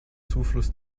zufluss